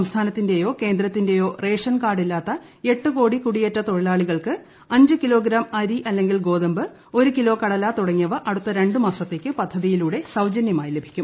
സംസ്ഥാനത്തിന്റേയ്ക് ്കേന്ദ്രത്തിന്റേയോ റേഷൻ കാർഡില്ലാത്ത എട്ടുകോടി കുടിയേറ്റ് തൊഴിലാളികൾക്ക് അഞ്ച് കിലോഗ്രാം അരി അല്ലെങ്കിൽ ് ഗോതമ്പ് ഒരുകിലോ കടല തുടങ്ങിയവ അടുത്ത രണ്ടുമാസത്തേക്ക് പ്പിച്ചതിയിലൂടെ സൌജന്യമായി ലഭിക്കും